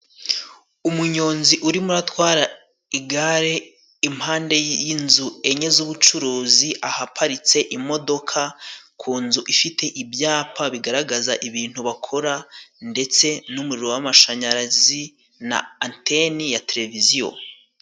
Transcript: Umunyonzi urimo uratwara igare impande y'inzu enye z'ubucuruzi, ahaparitse imodoka ku nzu ifite ibyapa bigaragaza ibintu bakora ndetse n'umuriro w'amashanyarazi na anteni ya televiziyo.